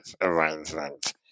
arrangement